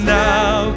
now